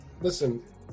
Listen